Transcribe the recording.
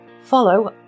follow